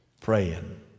Praying